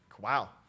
wow